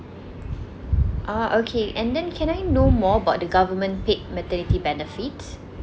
ah okay and then can I know more about the government paid maternity benefits